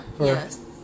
Yes